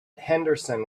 henderson